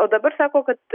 o dabar sako kad